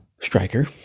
striker